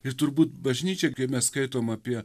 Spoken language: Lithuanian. ir turbūt bažnyčia kai mes skaitom apie